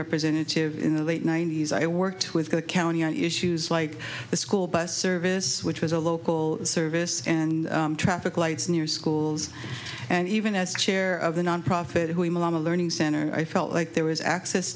representative in the late ninety's i worked with county on issues like the school bus service which was a local service and traffic lights near schools and even as chair of the nonprofit who mama learning center i felt like there was access